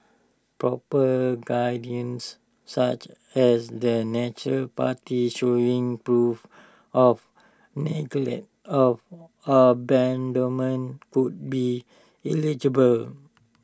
proper such as the neutral party showing proof of neglect or abandonment could be illegible